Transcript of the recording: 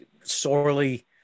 sorely